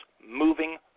moving